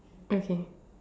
okay